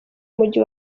mujyi